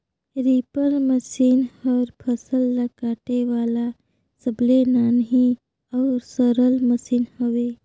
reaper machine हर फसल ल काटे वाला सबले नान्ही अउ सरल मसीन हवे